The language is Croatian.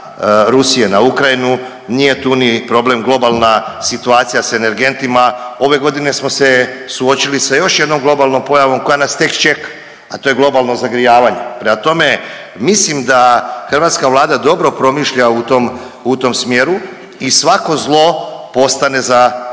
Rusije na Ukrajinu, nije tu problem globalna situacija sa energentima. Ove godine smo se suočili sa još jednom globalnom pojavom koja nas tek čeka, a to je globalno zagrijavanje. Prema tome, mislim da hrvatska vlada dobro promišlja u tom smjeru i svako zlo postane za neko